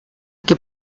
que